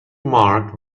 marked